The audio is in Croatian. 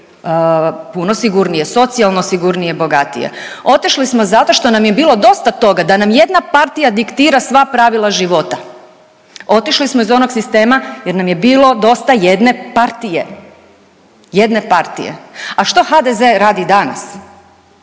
puno sigurnije, socijalno sigurnije i bogatije, otišli smo zato što nam je bilo dosta toga da nam jedna partija diktira sva pravila života, otišli smo iz onog sistema jer nam je bilo dosta jedne partije, jedne partije. A što HDZ radi danas?